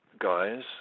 guys